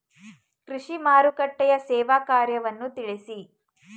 ಕೃಷಿ ಮಾರುಕಟ್ಟೆಯ ಸೇವಾ ಕಾರ್ಯವನ್ನು ತಿಳಿಸಿ?